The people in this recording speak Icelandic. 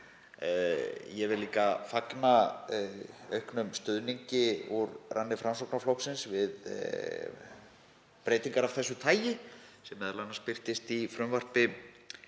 Ég vil líka fagna auknum stuðningi úr ranni Framsóknarflokksins við breytingar af þessu tagi sem m.a. birtist í frumvarpi